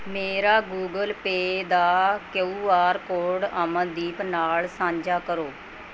ਮੇਰਾ Google Pay ਦਾ Q R code Amandeep ਨਾਲ ਸਾਂਝਾ ਕਰੋ